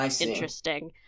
interesting